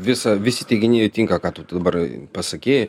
visa visi teiginiai tinka ką tu dabar pasakei